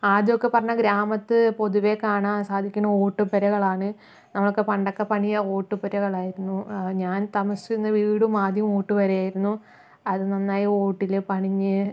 ആദ്യമൊക്കെ പറഞ്ഞാൽ ഗ്രാമത്തിൽ പൊതുവേ കാണാൻ സാധിക്കണ ഓട്ടു പുരകളാണ് നമ്മളൊക്കെ പണ്ടൊക്കെ പണിയുക ഓട്ടുപുരകളായിരുന്നു ഞാൻ താമസിച്ചിരുന്ന വീടും ആദ്യം ഓട്ടുപുരയായിരുന്നു അത് നന്നായി ഓട്ടില് പണിഞ്ഞ്